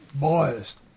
biased